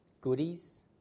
Goodies